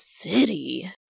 city